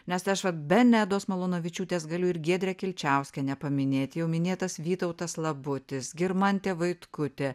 nes aš vat be nedos malūnavičiūtės galiu ir giedrę kilčiauskienę paminėt jau minėtas vytautas labutis girmantė vaitkutė